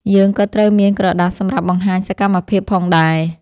យើងក៏ត្រូវមានក្រដាសសម្រាប់បង្ហាញសកម្មភាពផងដែរ។